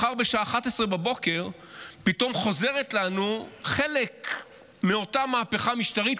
מחר בשעה 11:00 פתאום חוזרת לנו חלק מאותה מהפכה משטרית,